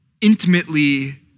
intimately